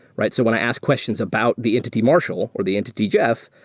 right? so when i ask questions about the entity marshall or the entity jeff,